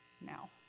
now